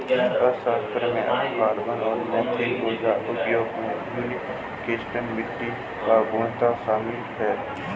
अर्थशास्त्र में carbon, methane ऊर्जा उपयोग, यूट्रोफिकेशन, मिट्टी की गुणवत्ता शामिल है